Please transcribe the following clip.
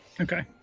Okay